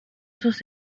sus